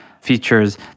features